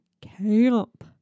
camp